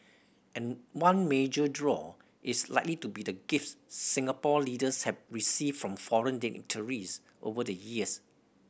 and one major draw is likely to be the gifts Singapore leaders have received from foreign dignitaries over the years